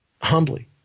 Humbly